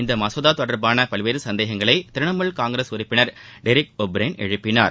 இம்மசோதா தொடர்பான பல்வேறு சந்தேகங்களை திரிணமூல் காங்கிரஸ் உறுப்பினர் டெரிக் ஓ பிரையன் எழுப்பினார்